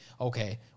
okay